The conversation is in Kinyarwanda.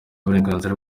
uburenganzira